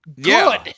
Good